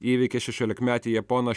įveikė šešiolikmetį japoną